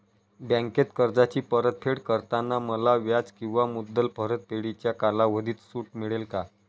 बँकेत कर्जाची परतफेड करताना मला व्याज किंवा मुद्दल परतफेडीच्या कालावधीत सूट मिळेल का?